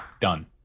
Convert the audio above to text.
done